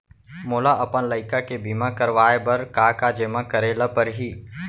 मोला अपन लइका के बीमा करवाए बर का का जेमा करे ल परही?